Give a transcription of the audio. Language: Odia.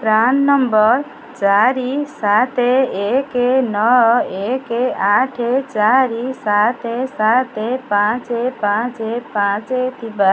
ପ୍ରାନ୍ ନମ୍ବର୍ ଚାରି ସାତ ଏକ ନଅ ଏକ ଆଠ ଚାରି ସାତ ସାତ ପାଞ୍ଚ ପାଞ୍ଚ ପାଞ୍ଚ ଥିବା